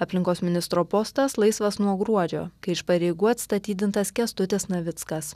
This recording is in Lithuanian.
aplinkos ministro postas laisvas nuo gruodžio kai iš pareigų atstatydintas kęstutis navickas